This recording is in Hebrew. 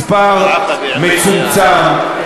מספר מצומצם,